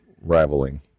rivaling